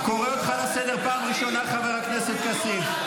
אני קורא אותך לסדר פעם ראשונה, חבר הכנסת כסיף.